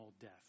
death